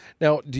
Now